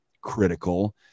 critical